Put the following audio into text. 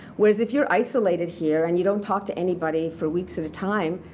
whereas if you're isolated here and you don't talk to anybody for weeks at a time,